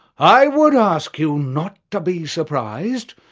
i would ask you not to be surprised,